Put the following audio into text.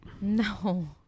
No